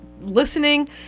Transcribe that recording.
listening